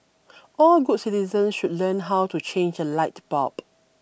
all good citizens should learn how to change a light bulb